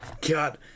God